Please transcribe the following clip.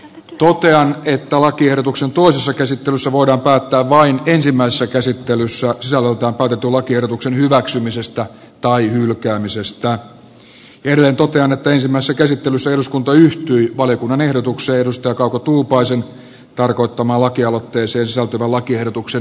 totean että lakiehdotuksen toisessa käsittelyssä voidaan päättää vain ensimmäisessä käsittelyssä sisällöltään päätetyn lakiehdotuksen hyväksymisestä tai hylkäämisestä ja että ensimmäisessä käsittelyssä eduskunta yhtyi valiokunnan ehdotukseen kauko tuupaisen tarkoittamaan lakialoitteeseen sisältyvän lakiehdotuksen hylkäämisestä